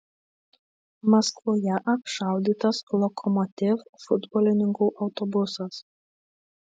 maskvoje apšaudytas lokomotiv futbolininkų autobusas